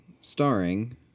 Starring